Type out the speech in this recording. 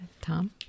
Tom